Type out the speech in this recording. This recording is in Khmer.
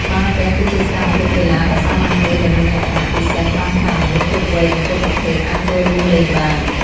បាល់ទះគឺជាសកម្មភាពកីឡាដ៏សាមញ្ញមួយដែលមានលក្ខណៈពិសេសត្រង់ថា មនុស្សគ្រប់វ័យ និងគ្រប់ភេទអាចចូលរួមលេងបាន។